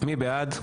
מי בעד?